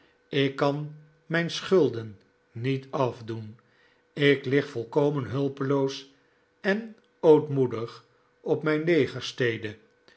ik kan mijn schulden niet afdoen ik lig volkomen hulpeloos en ootmoedig op mijn